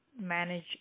manage